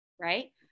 right